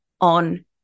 on